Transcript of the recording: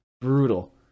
Brutal